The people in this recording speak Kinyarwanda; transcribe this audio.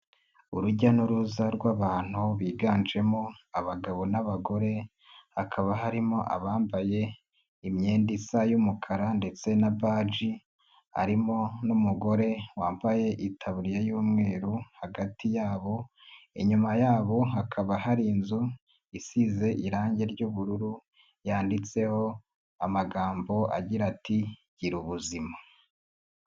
Urujya n'uruza rw'abantu biganjemo abagabo n'abagore, hakaba harimo abambaye imyenda isa y'umukara ndetse na baji, harimo n'umugore wambaye itaburiya y'umweru hagati yabo, inyuma yabo hakaba hari inzu isize irangi ry'ubururu, yanditseho amagambo agira ati girubuzima.